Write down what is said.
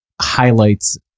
highlights